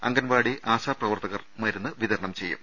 അംഗൻവാടി ആശാ പ്രവർത്തകർ മരുന്ന് വിത രണം ചെയ്യും